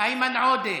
איימן עודה,